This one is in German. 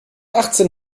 achtzehn